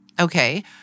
Okay